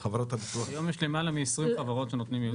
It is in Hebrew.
היום יש למעלה מ-20 חברות שנותנות משכנתאות.